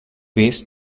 waste